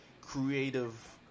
creative